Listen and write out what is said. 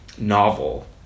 Novel